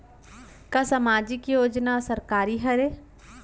का सामाजिक योजना सरकारी हरे?